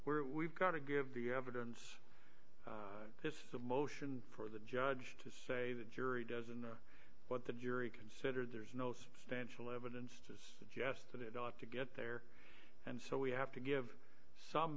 we've got to give the evidence this is a motion for the judge to say the jury doesn't know what the jury considered there's no substantial evidence to suggest that it ought to get there and so we have to give some